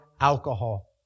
alcohol